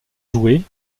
jouer